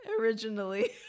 Originally